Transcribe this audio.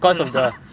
பல்லா:pallaa